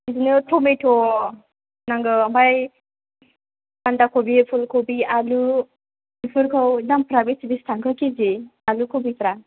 बिदिनो टमेट' नांगौ ओमफ्राय बान्दा कबि फुल कबि आलु बेफोरखौ दामफोरा बेसे बेसे थांखो के जि आलु कबिफोरा